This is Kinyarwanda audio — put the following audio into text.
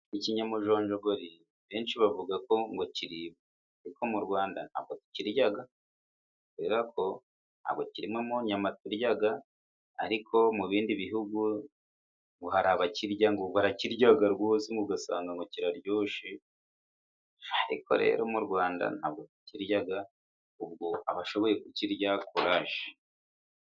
Ikinyamujonjogori benshi bavuga ko ngo kiribwa, ariko mu Rwanda ntabwo tukirya kubera ko ntabwo kirimo mu nyama turya, ariko mu bindi bihugu ngo hari abakirya, ngo barakirya rwose, ugasanga ngo kiraryoshye, ariko rero mu Rwanda ntabwo tukirya, ubwo abashoboye kukirya kuraje.